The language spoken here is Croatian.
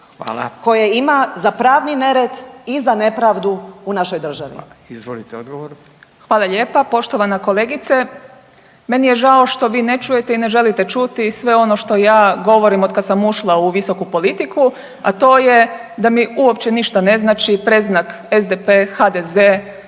Izvolite odgovor. **Ahmetović, Mirela (SDP)** Hvala lijepa. Poštovana kolegice. Meni je žao što vi ne čujete i ne želite čuti sve ono što ja govorim od kada sam ušla u visoku politiku, a to je da mi uopće ništa ne znači predznak SDP, HDZ,